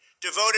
devoted